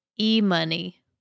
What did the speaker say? e-money